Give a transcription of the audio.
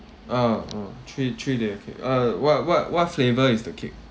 uh uh three three layer cake uh what what what flavour is the cake